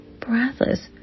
breathless